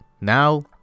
now